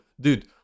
dude